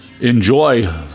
enjoy